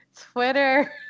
Twitter